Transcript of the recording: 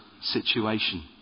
situation